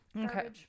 Okay